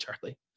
Charlie